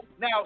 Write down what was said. Now